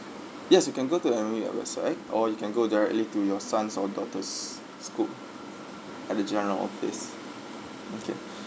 yes you can go to the M_O_E uh website or you can go directly to your son's or daughter's school at the general office okay